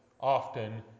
often